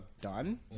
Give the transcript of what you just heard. done